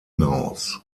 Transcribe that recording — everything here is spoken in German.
maus